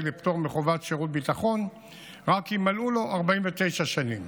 לפטור מחובת שירות ביטחון רק אם מלאו לו 49 שנים